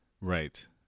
Right